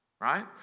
right